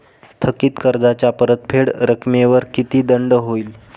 थकीत कर्जाच्या परतफेड रकमेवर किती दंड होईल?